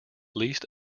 least